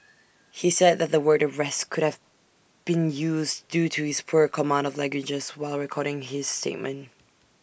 he said the word arrest could have been used due to his poor command of languages while recording his statement